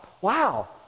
wow